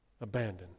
Abandoned